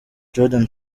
jordan